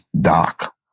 Doc